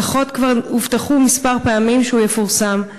כבר הובטח כמה פעמים שהוא יפורסם.